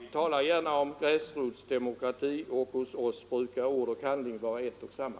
Herr talman! Vi talar gärna om gräsrotsdemokrati, och hos oss brukar ord och handling vara detsamma.